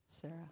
Sarah